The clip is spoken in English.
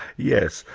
yes.